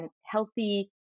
healthy